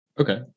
Okay